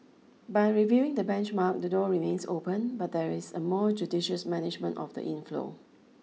by reviewing the benchmark the door remains open but there is a more judicious management of the inflow